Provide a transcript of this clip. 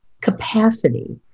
capacity